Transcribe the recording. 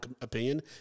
opinion